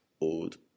old